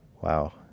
wow